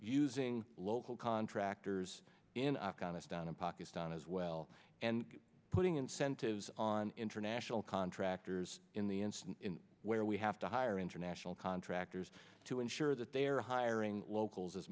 using local contractors in afghanistan and pakistan as well and putting incentives on international contractors in the instance where we have to hire international contractors to ensure that they are hiring locals as